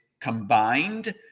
combined